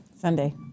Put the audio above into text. Sunday